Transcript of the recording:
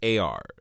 AR